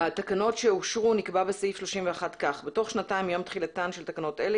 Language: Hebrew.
בתקנות שאושרו נקבע בסעיף 31 כך: תוך שנתיים מיום תחילתן של תקנות אלה,